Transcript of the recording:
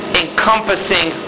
encompassing